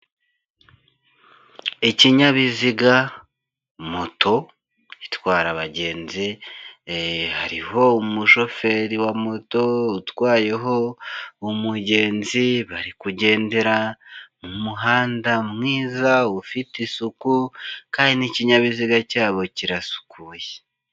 Ikinyabiziga moto gitwara abagenzi hariho umushoferi wa moto utwayeho umugenzi bari kugendera mu muhanda mwiza ufite isuku kandi n'ikinyabiziga cyabo kirasukuye.